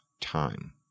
time